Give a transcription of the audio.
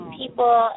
people